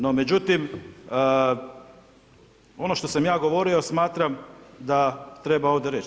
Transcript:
No međutim, ono što sam ja govorio smatram da treba ovdje reći.